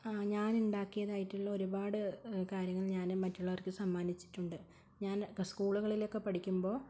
ആ ഞാൻ ഉണ്ടാക്കിയതായിട്ടുള്ള ഒരുപാട് കാര്യങ്ങൾ ഞാൻ മറ്റുള്ളവർക്ക് സമ്മാനിച്ചിട്ടുണ്ട് ഞാൻ സ്ക്കൂളുകളിലൊക്കെ പഠിക്കുമ്പോൾ